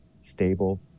stable